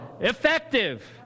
Effective